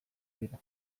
dira